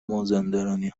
مازندرانی